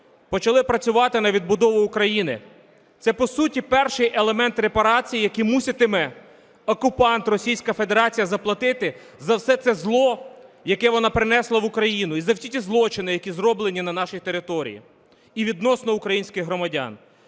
почали працювати на відбудову України. Це, по суті, перший елемент репарації, який муситиме окупант Російська Федерація заплатити за все це зло, яке вона принесла в Україну, і за всі ті злочини, які зроблені на нашій території, і відносно українських громадян.